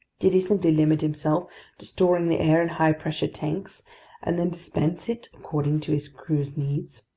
did he simply limit himself to storing the air in high-pressure tanks and then dispense it according to his crew's needs?